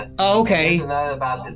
okay